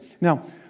Now